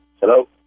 Hello